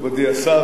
מכובדי השר,